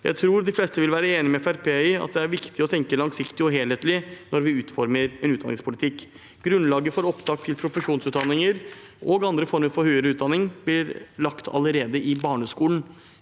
Jeg tror de fleste vil være enig med Fremskrittspartiet i at det er viktig å tenke langsiktig og helhetlig når vi utformer en utdanningspolitikk. Grunnlaget for opptak til profesjonsutdanninger og andre former for høyere utdanning blir lagt allerede i barneskolen.